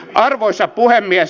arvoisa puhemies